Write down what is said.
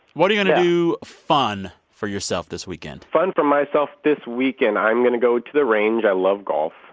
what are you going to do. yeah. fun for yourself this weekend? fun for myself this weekend i'm going to go to the range. i love golf.